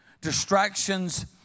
Distractions